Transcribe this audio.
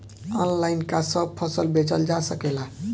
Online का सब फसल बेचल जा सकेला?